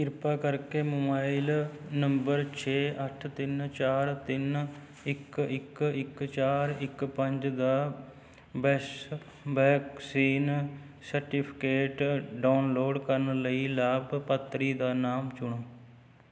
ਕਿਰਪਾ ਕਰਕੇ mobile number ਛੇ ਅੱਠ ਤਿੰਨ ਚਾਰ ਤਿੰਨ ਇੱਕ ਇੱਕ ਇੱਕ ਚਾਰ ਇੱਕ ਪੰਜ ਦਾ ਵੈਸ਼ ਵੈਕਸੀਨ ਸਰਟੀਫਿਕੇਟ ਡਾਊਨਲੋਡ ਕਰਨ ਲਈ ਲਾਭਪਾਤਰੀ ਦਾ ਨਾਮ ਚੁਣੋ